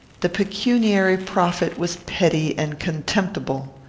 the pecuniary profit was petty and contemptible.